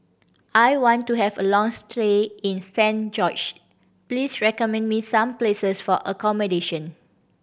I want to have a long stay in Saint George please recommend me some places for accommodation